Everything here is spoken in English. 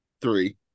Three